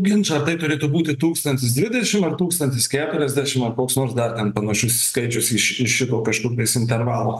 ginčą tai turėtų būti tūkstantis dvidešimt ar tūkstantis keturiasdešimt ar koks nors dar ten panašus skaičius iš iš šito kažkur tais intervalo